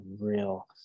real